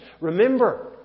Remember